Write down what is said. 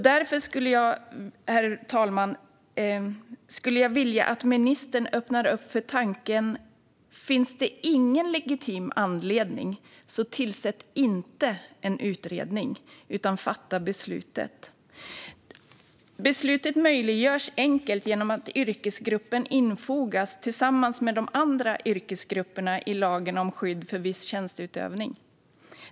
Därför skulle jag, herr talman, vilja att ministern öppnar upp för denna tanke: Finns det ingen legitim anledning så tillsätt inte en utredning, utan fatta beslutet! Beslutet möjliggörs enkelt genom att yrkesgruppen infogas tillsammans med de andra yrkesgrupperna i lagen om skydd för viss tjänsteutövning.